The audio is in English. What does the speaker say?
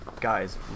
guys